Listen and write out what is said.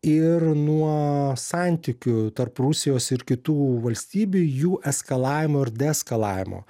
ir nuo santykių tarp rusijos ir kitų valstybių jų eskalavimo ir deeskalavimo